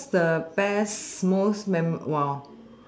what's the best most memorable !wow!